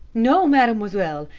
no, mademoiselle.